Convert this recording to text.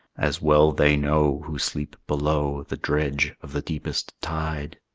as well they know who sleep below the dredge of the deepest tide.